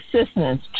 assistance